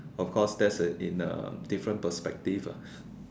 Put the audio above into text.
of course that's in a different perspective lah